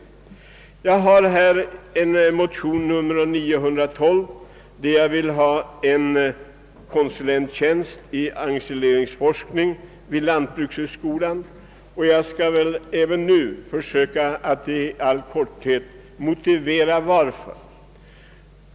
Jag har väckt en motion, II: 912, vari jag föreslår inrättandet av en tjänst som förste konsulent för ensileringsforskning vid lantbrukshögskolan. Jag skall 1 all korthet motivera min motion.